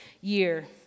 year